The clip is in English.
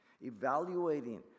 evaluating